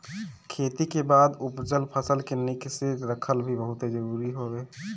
खेती के बाद उपजल फसल के निक से रखल भी बहुते जरुरी हवे